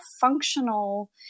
functional